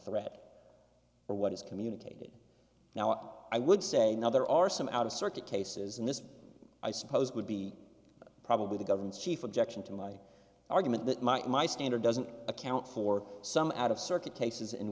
threat or what is communicated now i would say now there are some out of circuit cases and this i suppose would be probably the government's chief objection to my argument that might my standard doesn't account for some out of circuit cases in